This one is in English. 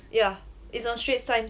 yeah it's on straits times